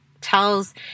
tells